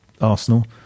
Arsenal